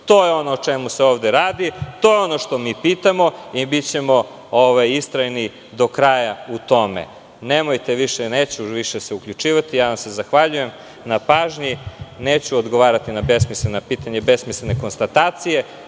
To je ono o čemu se ovde radi, to je ono što mi pitamo i bićemo iskreni do kraja u tome. Nemojte više o tome. Neću se više uključivati. Zahvaljujem vam se na pažnji. Neću odgovarati na besmislena pitanja i besmislene konstatacije.